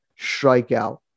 strikeout